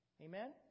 amen